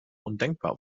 undenkbar